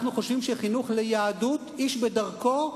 אנחנו חושבים שחינוך ליהדות, איש בדרכו,